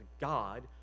God